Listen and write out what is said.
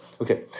okay